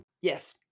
Yes